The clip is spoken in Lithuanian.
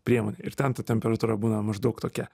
priemonę ir ten ta temperatūra būna maždaug tokia